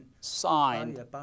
signed